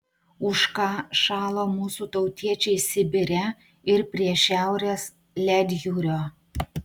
už ką šalo mūsų tautiečiai sibire ir prie šiaurės ledjūrio